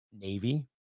Navy